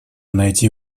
найти